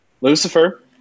Lucifer